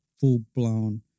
full-blown